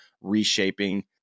reshaping